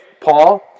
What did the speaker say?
Paul